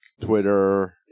Twitter